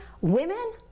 women